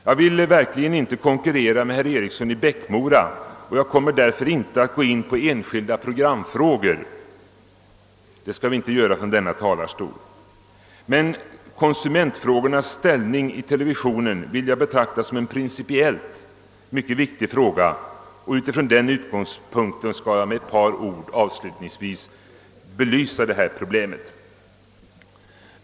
Jag vill verkligen inte konkurrera med herr Eriksson i Bäckmora, och jag kommer därför inte att gå in på enskilda programfrågor — det skall vi inte göra från denna talarstol. Men konsumentfrågornas ställning i televisionen vill jag betrakta som en principiellt mycket viktig fråga, och och från den utgångspunkten skall jag med ett par ord avslutningsvis belysa detta problem.